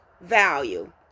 value